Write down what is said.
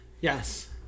Yes